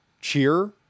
cheer